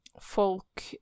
folk